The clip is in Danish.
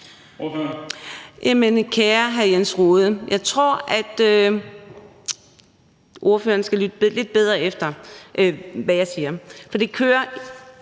kære hr. Jens Rohde. Jeg tror, at ordføreren skal lytte lidt bedre efter, hvad jeg siger,